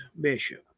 bishop